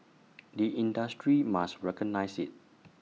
the industry must recognise IT